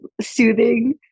soothing